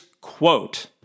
quote